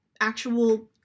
actual